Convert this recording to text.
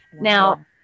Now